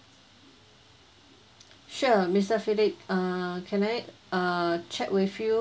sure mister phillip uh can I uh check with you